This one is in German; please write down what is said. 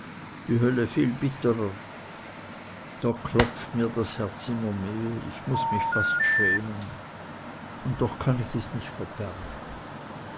die hölle viel bitterer da klopft mir das herz immer mehr ich muß mich fast schämen und doch kann ich es nicht verbergen